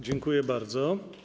Dziękuję bardzo.